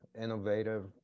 innovative